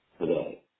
today